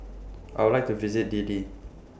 I Would like to visit Dili